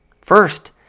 First